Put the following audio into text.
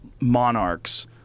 monarchs